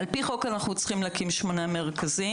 על פי חוק אנחנו צריכים להקים שמונה מרכזים.